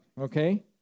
okay